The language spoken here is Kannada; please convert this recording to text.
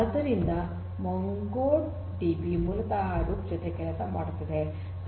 ಆದ್ದರಿಂದ ಮೊಂಗೋಡಿಬಿ ಮೂಲತಃ ಹಡೂಪ್ ಜೊತೆ ಕೆಲಸ ಮಾಡುತ್ತದೆ